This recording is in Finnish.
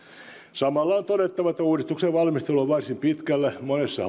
samalla on todettava että uudistuksen valmistelu on varsin pitkällä monessa